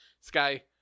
Sky